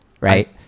Right